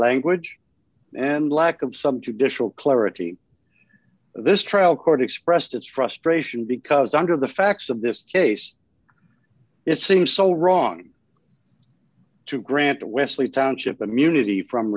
language and lack of some judicial clarity this trial court expressed its frustrating because under the facts of this case it seems so wrong to grant the wesley township immunity from